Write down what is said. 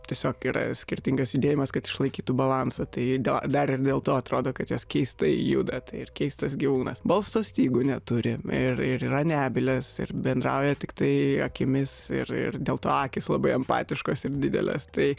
tiesiog yra skirtingas judėjimas kad išlaikytų balansą tai dėl dar ir dėl to atrodo kad jos keistai juda tai ir keistas gyvūnas balso stygų neturi ir ir yra nebyles ir bendrauja tiktai akimis ir ir dėl to akys labai empatiškos ir didelės tai